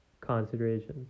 considerations